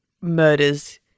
murders